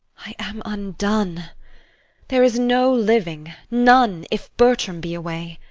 i am undone there is no living, none, if bertram be away.